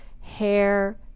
hair